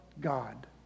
God